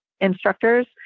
instructors